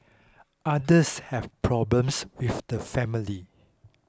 others have problems with the family